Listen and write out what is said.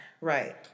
Right